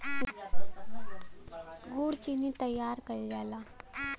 गुड़ चीनी तइयार कइल जाला